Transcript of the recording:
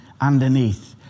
underneath